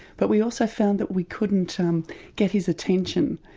but we also found that we couldn't um get his attention.